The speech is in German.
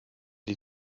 die